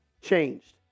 changed